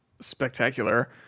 spectacular